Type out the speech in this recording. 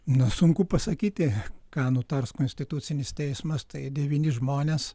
nu sunku pasakyti ką nutars konstitucinis teismas tai devyni žmonės